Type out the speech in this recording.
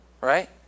Right